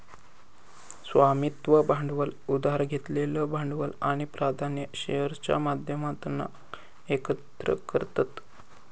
स्वामित्व भांडवल उधार घेतलेलं भांडवल आणि प्राधान्य शेअर्सच्या माध्यमातना एकत्र करतत